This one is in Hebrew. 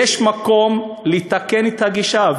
יש מקום לתקן את הגישה.